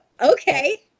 okay